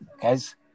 Guys